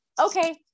okay